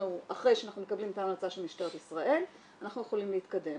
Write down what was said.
אחרי שאנחנו מקבלים את ההמלצה של משטרת ישראל אנחנו יכולים להתקדם.